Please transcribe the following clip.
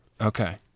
Okay